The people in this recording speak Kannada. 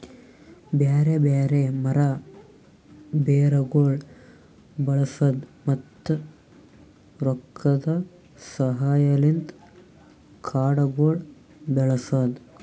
ಬ್ಯಾರೆ ಬ್ಯಾರೆ ಮರ, ಬೇರಗೊಳ್ ಬಳಸದ್, ಮತ್ತ ರೊಕ್ಕದ ಸಹಾಯಲಿಂತ್ ಕಾಡಗೊಳ್ ಬೆಳಸದ್